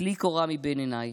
טלי קורה מבין עינייך.